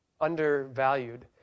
undervalued